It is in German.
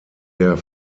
der